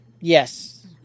Yes